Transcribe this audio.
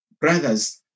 Brothers